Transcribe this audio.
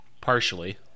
Partially